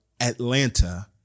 Atlanta